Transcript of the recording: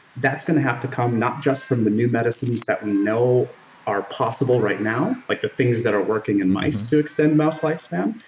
that's going to have to come not just from the new medicines that we know are possible right now, like the things that are working in mice to extend mice lifespan,